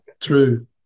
true